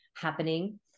happening